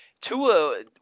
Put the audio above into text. Tua